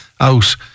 out